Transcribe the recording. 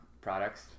products